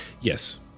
Yes